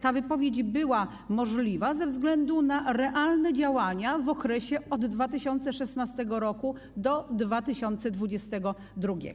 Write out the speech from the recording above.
Ta wypowiedź była możliwa ze względu na realne działania w okresie od 2016 r. do 2022 r.